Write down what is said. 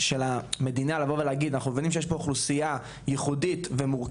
של המדינה לבוא ולהגיד אנחנו מבינים שיש פה אוכלוסייה ייחודית ומורכבת